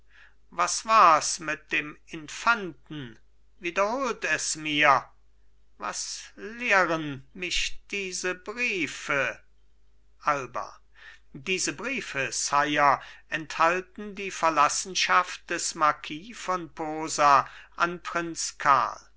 was wars mit dem infanten wiederholt es mir was lehren mich diese briefe alba diese briefe sire enthalten die verlassenschaft des marquis von posa an prinz karl